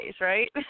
right